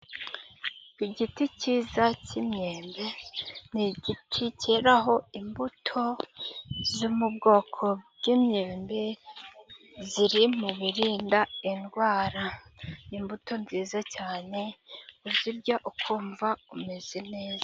Igiti kiza k'imyembe. Ni igiti keraho imbuto zo mu bwoko bw'imyembe, ziri mu birinda indwara. Ni imbuto nziza cyane, uzirya ukumva umeze neza.